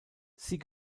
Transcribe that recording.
sie